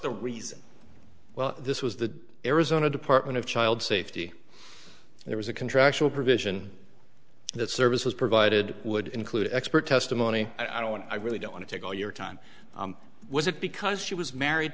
the reason well this was the arizona department of child safety there was a contractual provision that service was provided would include expert testimony i don't want i really don't want to take all your time was it because she was married